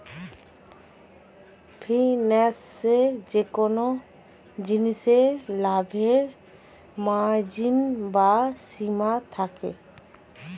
ফিন্যান্সে যেকোন জিনিসে লাভের মার্জিন বা সীমা থাকে